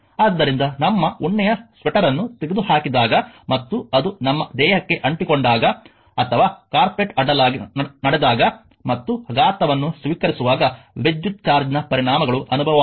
ಆದ್ದರಿಂದ ನಮ್ಮ ಉಣ್ಣೆಯ ಸ್ವೆಟರ್ ಅನ್ನು ತೆಗೆದುಹಾಕಿದಾಗ ಮತ್ತು ಅದು ನಮ್ಮ ದೇಹಕ್ಕೆ ಅಂಟಿಕೊಂಡಾಗೆ ಅಥವಾ ಕಾರ್ಪೆಟ್ ಅಡ್ಡಲಾಗಿ ನಡೆದಾಗ ಮತ್ತು ಆಘಾತವನ್ನು ಸ್ವೀಕರಿಸಿದಾಗ ವಿದ್ಯುತ್ ಚಾರ್ಜ್ನ ಪರಿಣಾಮಗಳು ಅನುಭವವಾಗುವುದು